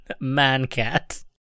Man-cat